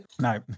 No